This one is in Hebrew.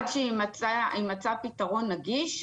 עד שיימצא פתרון נגיש,